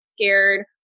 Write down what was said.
scared